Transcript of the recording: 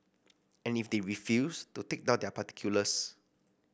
and if they refuse to take down their particulars